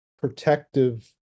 protective